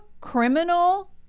criminal